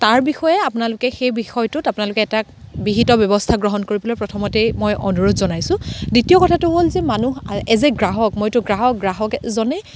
তাৰ বিষয়ে আপোনালোকে সেই বিষয়টোত আপোনালোকে এটা বিহিত ব্যৱস্থা গ্ৰহণ কৰিবলৈ প্ৰথমতেই মই অনুৰোধ জনাইছোঁ দ্বিতীয় কথাটো হ'ল যে মানুহ এজ এ গ্ৰাহক মইতো গ্ৰাহক গ্ৰাহকজনে